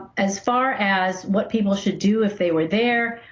as far as what people should do if they were there.